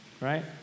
Right